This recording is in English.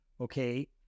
Okay